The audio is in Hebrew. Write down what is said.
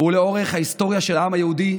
ולאורך ההיסטוריה של העם היהודי,